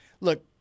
look